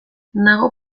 nago